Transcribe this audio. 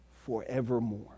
forevermore